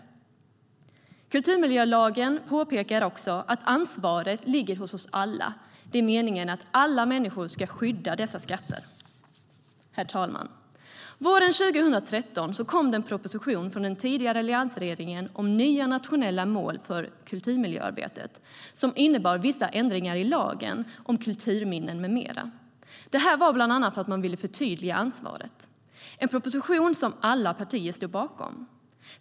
I kulturmiljölagen framgår att ansvaret ligger hos oss alla. Det är meningen att alla människor ska skydda dessa skatter. Herr talman! Våren 2013 kom det en proposition från den tidigare alliansregeringen om nya nationella mål för kulturmiljöarbetet som innebar vissa ändringar i lagen om kulturminnen med mera. Man ville bland annat förtydliga ansvaret. Det var en proposition som alla partier stod bakom.